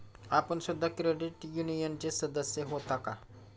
आपण सुद्धा क्रेडिट युनियनचे सदस्य होता का?